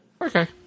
Okay